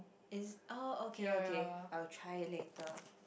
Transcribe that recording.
is oh okay okay I'll try it later